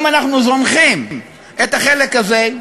אם אנחנו זונחים את החלק הזה,